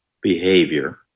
behavior